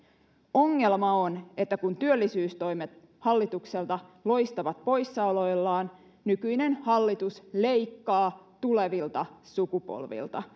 ongelma on että kun työllisyystoimet hallitukselta loistavat poissaoloillaan nykyinen hallitus leikkaa tulevilta sukupolvilta